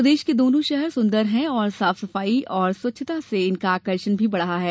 प्रदेश के दोनों शहर सुन्दर हैं और साफ सफाई तथा स्वच्छता से इनका आकर्षण भी बढ़ा है